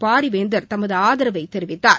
பாரிவேந்தர் தமது ஆதரவை தெரிவித்தார்